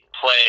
Play